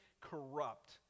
corrupt